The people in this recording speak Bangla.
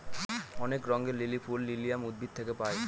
অনেক রঙের লিলি ফুল লিলিয়াম উদ্ভিদ থেকে পায়